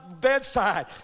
bedside